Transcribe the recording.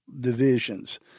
divisions